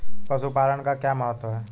पशुपालन का क्या महत्व है?